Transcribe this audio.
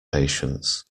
patients